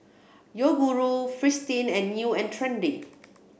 Yoguru Fristine and New and Trendy